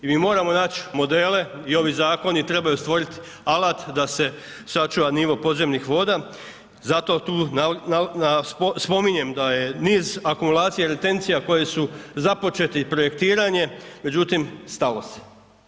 I mi moramo naći modele i ovi Zakoni trebaju stvoriti alat da se sačuva nivo podzemnih voda, zato tu spominjem da je niz akumulacije retencija koje su započeti projektiranje, međutim stalo se.